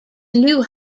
new